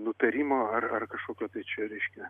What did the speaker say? nutarimo ar ar kažkokio tai čia reiškia